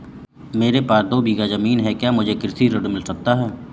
मेरे पास दो बीघा ज़मीन है क्या मुझे कृषि ऋण मिल सकता है?